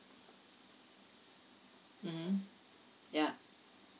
mmhmm ya